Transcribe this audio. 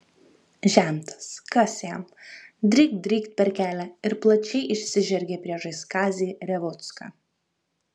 žentas kas jam drykt drykt per kelią ir plačiai išsižergė priešais kazį revucką